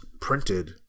printed